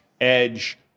edge